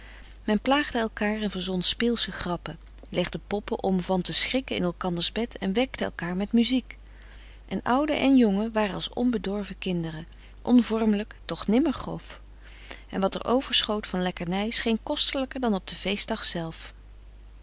men plaagde elkaar en verzon speelsche grappen legde poppen om van te schrikken in elkanders bed en wekte elkaar met muziek en ouden en jongen waren als onbedorven kinderen onvormelijk toch nimmer grof en wat er overschoot van lekkernij scheen kostelijker dan op den feestdag